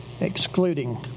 excluding